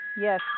yes